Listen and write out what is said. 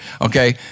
okay